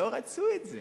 לא רצו את זה.